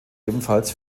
ebenfalls